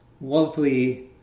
lovely